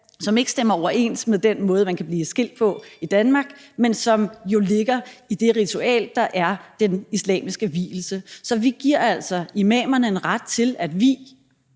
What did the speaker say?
som ikke stemmer overens med den måde, man kan blive skilt på i Danmark, men som jo ligger i det ritual, der er i den islamiske vielse. Så vi giver altså imamerne en ret til at vie